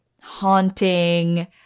haunting